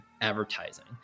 advertising